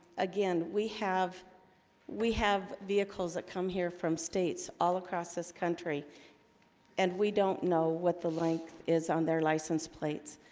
again, we have we have vehicles that come here from states all across this country and we don't know what the length is on their license plates.